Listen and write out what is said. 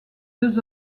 deux